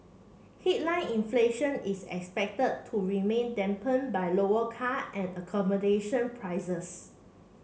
headline inflation is expected to remain dampen by lower car and accommodation prices